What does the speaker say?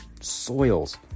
soils